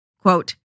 Quote